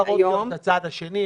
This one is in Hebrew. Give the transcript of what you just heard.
ניתן להראות גם את הצד השני.